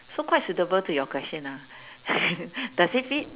so quite suitable to your question ah does it fit